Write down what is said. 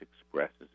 expresses